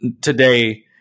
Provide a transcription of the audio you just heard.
today